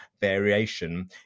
variation